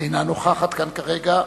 אינה נוכחת כאן כרגע.